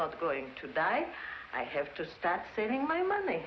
not going to die i have to start saving my money